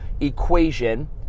equation